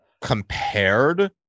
compared